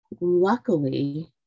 luckily